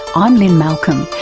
um lynne malcolm,